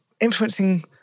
influencing